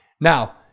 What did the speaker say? Now